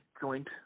joint